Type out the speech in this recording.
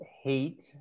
hate